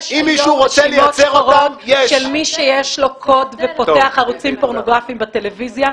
יש רשימות שחורות של מי שיש לו קוד ופותח ערוצים פורנוגרפיים בטלוויזיה?